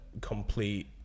complete